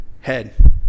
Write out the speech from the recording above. head